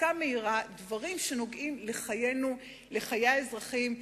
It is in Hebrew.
בחקיקה מהירה דברים שנוגעים לחיינו, לחיי האזרחים,